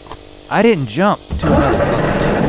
i didn't jump to another boat.